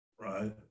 right